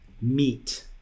meat